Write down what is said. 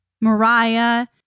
Mariah